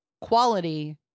quality